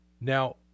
Now